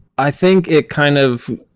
i think it kind of